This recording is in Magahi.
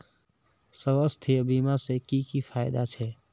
स्वास्थ्य बीमा से की की फायदा छे?